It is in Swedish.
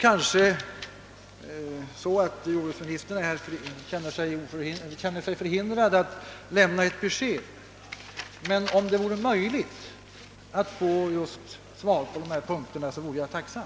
Kanske jordbruksministern känner sig förhindrad att här lämna ett besked, men om det vore möjligt att få ett svar vore jag tacksam.